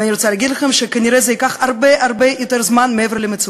ואני רוצה להגיד לכם שכנראה זה ייקח הרבה הרבה יותר זמן מעבר למצופה.